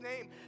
name